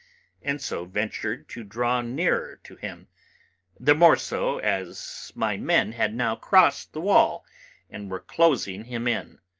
and so ventured to draw nearer to him the more so as my men had now crossed the wall and were closing him in.